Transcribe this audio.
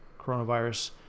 coronavirus